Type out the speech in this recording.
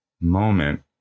moment